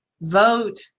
vote